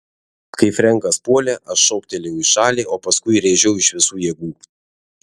kai frenkas puolė aš šoktelėjau į šalį o paskui rėžiau iš visų jėgų